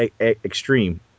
extreme